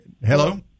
Hello